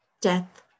Death